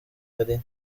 yari